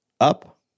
up